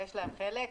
אז גם להם יש חלק בזה.